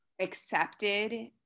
accepted